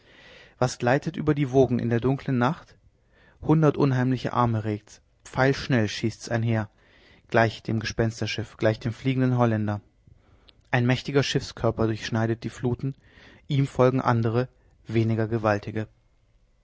was gleitet über die wogen in der dunkeln nacht hundert unheimliche arme regt's pfeilschnell schießt's einher gleich dem gespensterschiff gleich dem fliegenden holländer ein mächtiger schiffskörper durchschneidet die fluten ihm folgen andere weniger gewaltige